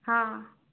ହଁ